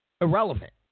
irrelevant